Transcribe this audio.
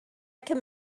come